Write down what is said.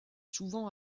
souvent